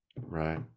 Right